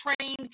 trained